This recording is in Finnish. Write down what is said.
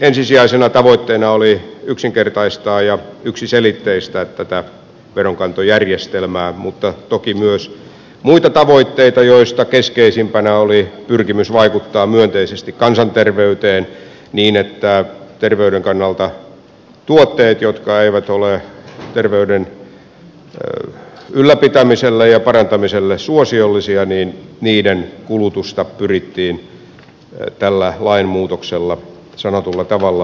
ensisijaisena tavoitteena oli yksinkertaistaa ja yksiselitteistää tätä veronkantojärjestelmää mutta toki oli myös muita tavoitteita joista keskeisimpänä oli pyrkimys vaikuttaa myönteisesti kansanterveyteen niin että terveyden kannalta tuotteiden jotka eivät ole terveyden ylläpitämiselle ja parantamiselle suosiollisia kulutusta pyrittiin tällä lainmuutoksella sanotulla tavalla heikentämään